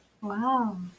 wow